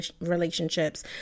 relationships